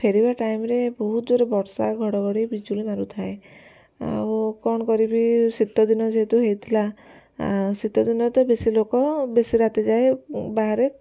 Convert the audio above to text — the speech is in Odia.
ଫେରିବା ଟାଇମରେ ବହୁତ ଜୋରେ ବର୍ଷା ଘଡ଼ଘଡ଼ି ବିଜୁଳି ମାରୁଥାଏ ଆଉ କ'ଣ କରିବି ଶୀତଦିନ ଯେହେତୁ ହେଇଥିଲା ଶୀତଦିନେ ତ ବେଶି ଲୋକ ବେଶି ରାତି ଯାଏ ବାହାରେ